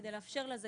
כדי לאפשר לזקן